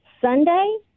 Sunday